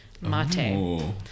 mate